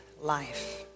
life